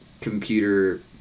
computer